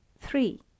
three